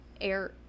air